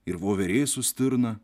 ir voverė su stirna